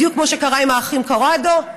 בדיוק כמו שקרה עם האחים קורידו.